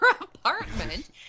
apartment